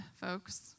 folks